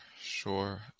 sure